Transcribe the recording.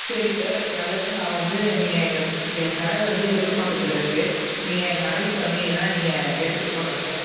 சரி சார் நல்லது நான் வந்து நீங்கள் எங்கள் என் கடை வந்து விருகம் பக்கத்தில் இருக்குது நீங்கள் என் கடைக்கு வந்தீங்கன்னா நீங்கள் எடுத்துகிட்டு போகலாம் சார்